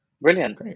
Brilliant